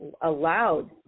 allowed